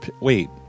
Wait